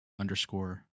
underscore